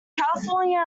california